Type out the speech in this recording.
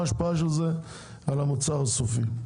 מה ההשפעה של זה על המוצר הסופי?